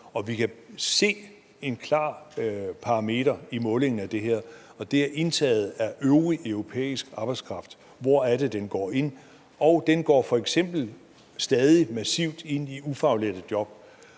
er. Vi kan se en klar parameter i målingen af det her, og det er indtaget af øvrig europæisk arbejdskraft. Og hvor er det, den går ind? Den går f.eks. stadig massivt ind i ufaglærte job.